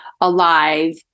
alive